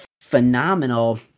phenomenal